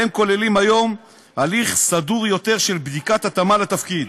והם כוללים היום הליך סדור יותר של בדיקת התאמה לתפקיד.